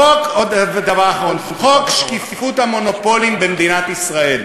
דבר אחרון, חוק שקיפות המונופולים במדינת ישראל.